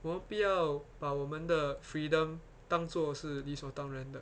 我不要把我们的 freedom 当做是理所当然的